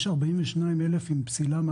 יש 42,000 עם פסילה?